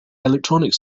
electronic